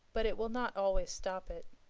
but it will not always stop it.